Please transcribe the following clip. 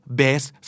best